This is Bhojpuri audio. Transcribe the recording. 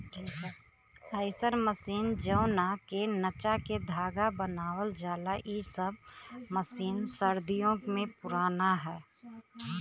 अईसन मशीन जवना के नचा के धागा बनावल जाला इ सब मशीन सदियों पुराना ह